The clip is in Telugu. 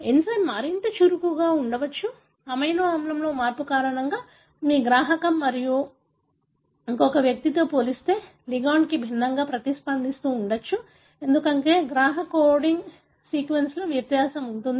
ఎంజైమ్ మరింత చురుకుగా ఉండవచ్చు అమైనో ఆమ్లంలో మార్పు కారణంగా మీ గ్రాహకం మరొక వ్యక్తితో పోలిస్తే లిగాండ్కి భిన్నంగా ప్రతిస్పందిస్తూ ఉండవచ్చు ఎందుకంటే గ్రాహక కోడింగ్ సీక్వెన్స్లో వ్యత్యాసం ఉంటుంది